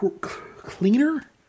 cleaner